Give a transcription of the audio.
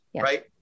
right